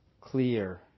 clear